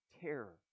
terror